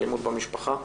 אלימות במשפחה,